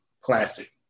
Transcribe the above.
classic